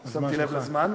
לא שמתי לב לזמן.